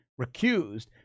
recused